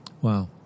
wow